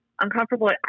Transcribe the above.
uncomfortable